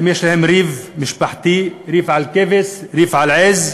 האם יש להם ריב משפחתי, ריב על כבש, ריב על עז?